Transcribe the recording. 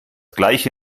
gleiche